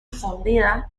fundida